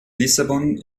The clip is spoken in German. lissabon